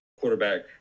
quarterback